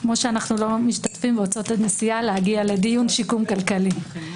כמו שאנו לא משתתפים בהוצאות הנסיעה להגיע לדיון שיקום כלכלי.